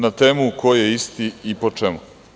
Na temu ko je isti i po čemu.